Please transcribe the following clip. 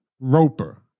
Roper